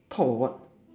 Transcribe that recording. top of what